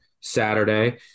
Saturday